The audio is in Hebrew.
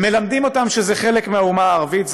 הם מלמדים אותם שזה חלק מהאומה הערבית.